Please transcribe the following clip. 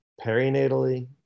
perinatally